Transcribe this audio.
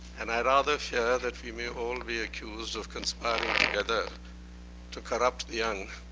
and i rather fear that we may all be accused of conspiring together to corrupt the young.